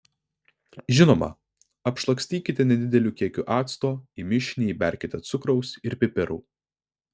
žinoma apšlakstykite nedideliu kiekiu acto į mišinį įberkite cukraus ir pipirų